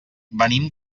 venim